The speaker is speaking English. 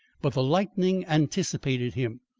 but the lightning anticipated him.